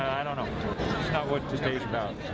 i don't know. it's not what this day's about.